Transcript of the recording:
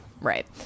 Right